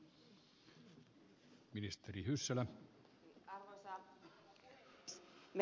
arvoisa herra puhemies